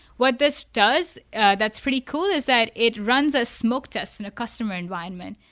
what this does that's pretty cool is that it runs a smoke test in a customer environment.